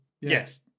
Yes